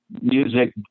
music